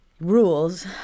rules